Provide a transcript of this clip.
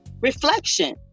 Reflection